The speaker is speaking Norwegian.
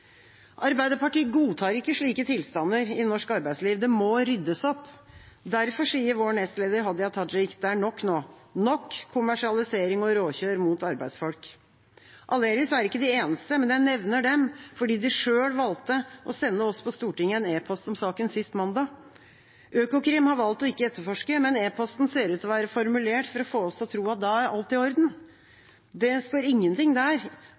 Arbeiderpartiet godtar ikke slike tilstander i norsk arbeidsliv. Det må ryddes opp. Derfor sier vår nestleder Hadia Tajik: «Det er nok nå, nok kommersialisering og råkjør mot arbeidsfolk.» Aleris er ikke de eneste, men jeg nevner dem fordi de selv valgte å sende oss på Stortinget en e-post om saken sist mandag. Økokrim har valgt ikke å etterforske, men e-posten ser ut til å være formulert for å få oss til å tro at da er alt i orden. Det står ingenting der